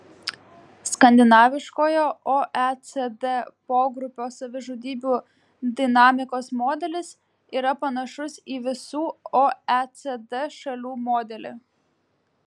skandinaviškojo oecd pogrupio savižudybių dinamikos modelis yra panašus į visų oecd šalių modelį